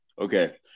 Okay